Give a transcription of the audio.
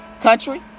country